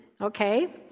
okay